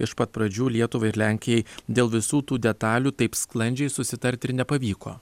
iš pat pradžių lietuvai ir lenkijai dėl visų tų detalių taip sklandžiai susitart ir nepavyko